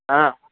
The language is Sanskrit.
हा